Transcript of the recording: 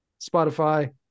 spotify